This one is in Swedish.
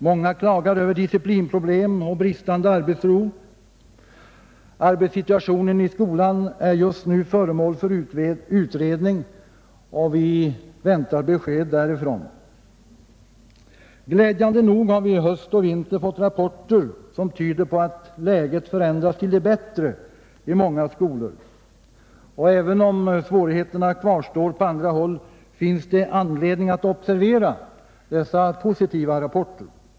Många klagar över disciplinproblem och bristande arbetsro. Arbetssituationen i skolan är just nu föremål för utredning, och vi väntar på resultatet. Glädjande nog har vi i höst och i vinter fått rapporter som tyder på att läget i många skolor förändrats till det bättre. Även om svårigheterna på andra håll kvarstår, finns det anledning att observera dessa positiva rapporter.